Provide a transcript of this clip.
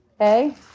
okay